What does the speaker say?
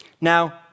Now